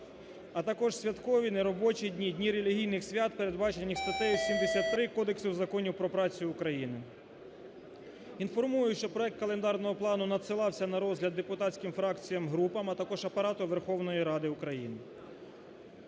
А також святкові, неробочі дні, дні релігійних свят, передбачені статтею 73 Кодексу Законі про працю України. Інформую, що проект календарного плану надсилався на розгляд депутатським фракціям, групам, а також Апарату Верховної Ради України.